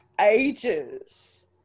ages